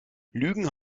lügen